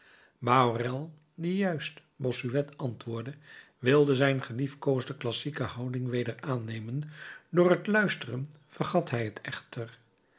die juist bossuet antwoordde wilde zijn geliefkoosde classieke houding weder aannemen door het luisteren vergat hij het echter